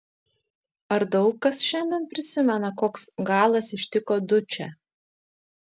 ar daug kas šiandien prisimena koks galas ištiko dučę